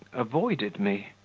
avoided me.